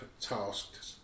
tasked